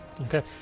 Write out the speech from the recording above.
Okay